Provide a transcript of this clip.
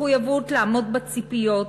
מחויבות לעמוד בציפיות,